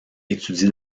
étudie